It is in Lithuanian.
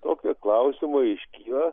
tokie klausimai iškyla